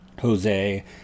Jose